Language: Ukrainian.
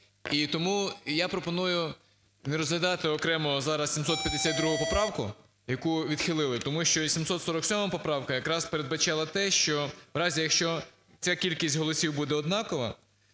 І тому я пропоную не розглядати окремо зараз 752 поправку, яку відхилили, тому що 747 поправка якраз передбачала те, що в разі, якщо ця кількість голосів буде однакова,